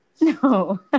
No